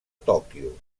tòquio